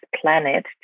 planet